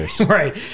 right